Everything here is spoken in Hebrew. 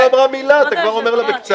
היא עוד לא אמרה מילה, אתה כבר אומר לה בקצרה?